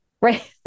Right